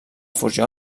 fusió